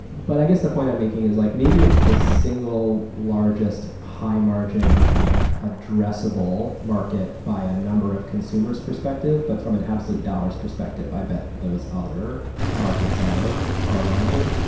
but i guess the point i'm making is like maybe it's the single largest high margin addressable market by a number of consumers perspective, but from an absolute dollar perspective i bet those other markets are are larger.